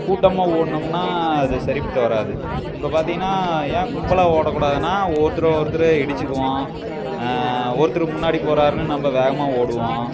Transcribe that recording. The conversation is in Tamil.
கூட்டமாக ஓடுனோம்னா அது சரிப்பட்டு வராது இப்போ பார்த்தீங்கன்னா ஏன் கும்பலாக ஓடக்கூடாதுன்னா ஒருத்தரை ஒருத்தர் இடிச்சுக்குவோம் ஒருத்தர் முன்னாடி போகிறாருன்னு நம்ப வேகமாக ஓடுவோம்